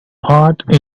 heart